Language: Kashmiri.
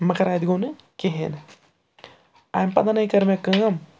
مگر اَتہِ گوٚو نہٕ کِہیٖنۍ اَمہِ پَتہٕ ہے کٔر مےٚ کٲم